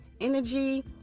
energy